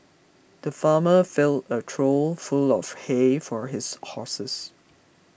the farmer filled a trough full of hay for his horses